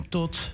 tot